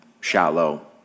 shallow